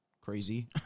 crazy